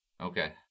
Okay